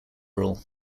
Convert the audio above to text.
rule